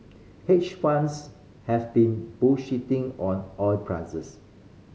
hedge funds have been on oil prices